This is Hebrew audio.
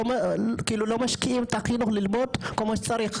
כאילו לא משקיעים את החינוך ללמוד כמו שצריך.